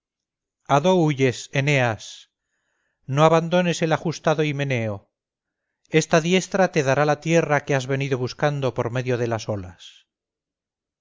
no abandones el ajustado himeneo esta diestra te dará la tierra que has venido buscando por medio de las olas